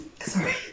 sorry